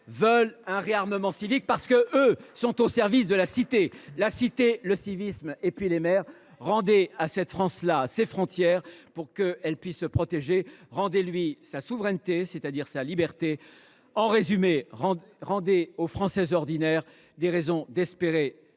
veulent un réarmement civique, parce qu’ils sont, eux, au service de la cité et du civisme. Rendez à cette France là ses frontières, pour qu’elle puisse se protéger ! Rendez lui sa souveraineté, c’est à dire sa liberté ! En résumé, rendez aux Français ordinaires des raisons d’espérer